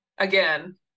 again